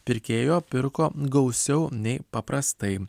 pirkėjo pirko gausiau nei paprastai